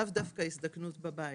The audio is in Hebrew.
לאו דווקא הזדקנות בבית.